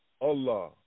Allah